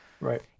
Right